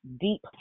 deep